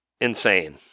insane